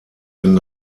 den